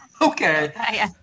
okay